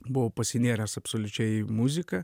buvau pasinėręs absoliučiaiį muziką